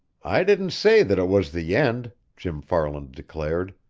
i didn't say that it was the end, jim farland declared.